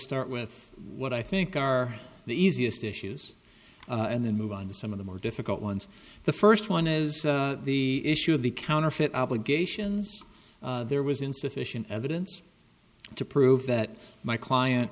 start with what i think are the easiest issues and then move on to some of the more difficult ones the first one is the issue of the counterfeit obligations there was insufficient evidence to prove that my client